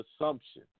assumption